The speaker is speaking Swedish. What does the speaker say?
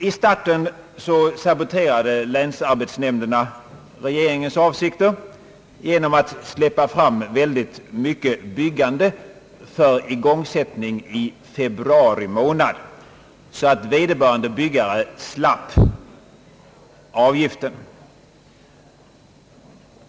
I starten saboterade länsarbetsnämnderna regeringens avsikter genom att släppa fram väldigt många byggen för igångsättning i februari månad så att vederbörande byggare slapp investeringsavgiften.